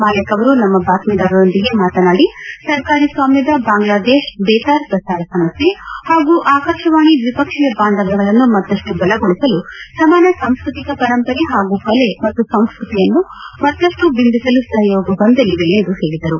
ಮಾಲೆಕ್ ಅವರು ನಮ್ನ ಬಾತ್ತೀದಾರರೊಂದಿಗೆ ಮಾತನಾಡಿ ಸರ್ಕಾರಿ ಸ್ವಾಮ್ಯದ ಬಾಂಗ್ಲಾದೇಶ್ ಬೇತಾರ್ ಪ್ರಸಾರ ಸಂಸ್ಥೆ ಹಾಗೂ ಆಕಾಶವಾಣಿ ದ್ವಿಪಕ್ಷೀಯ ಬಾಂಧವ್ಯಗಳನ್ನು ಮತ್ತಷ್ಟು ಬಲಗೊಳಿಸಲು ಸಮಾನ ಸಾಂಸ್ಕೃತಿಕ ಪರಂಪರೆ ಹಾಗೂ ಕಲೆ ಮತ್ತು ಸಂಸ್ಕೃತಿಯನ್ನು ಮತ್ತಷ್ಟು ಬಿಂಬಿಸಲು ಸಹಯೋಗ ಹೊಂದಲಿವೆ ಎಂದು ಹೇಳಿದರು